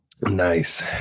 nice